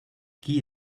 qui